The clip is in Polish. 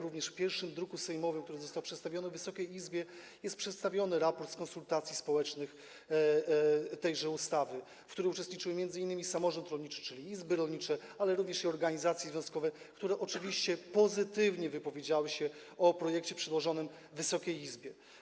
Również w pierwszym druku sejmowym, który został przedstawiony Wysokiej Izbie, jest zawarty raport z konsultacji społecznych w sprawie tejże ustawy, w których uczestniczył m.in. samorząd rolniczy, czyli izby rolnicze, ale również uczestniczyły organizacje związkowe, które oczywiście pozytywnie wypowiedziały się o projekcie przedłożonym Wysokiej Izbie.